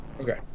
Okay